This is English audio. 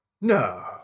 no